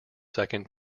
second